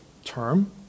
term